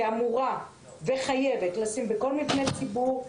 שאמורה וחייבת לשים בכל מבני ציבור,